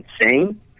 insane